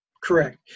Correct